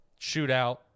shootout